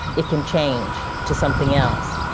it can change to something else,